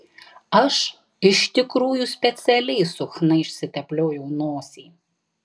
aš iš tikrųjų specialiai su chna išsitepliojau nosį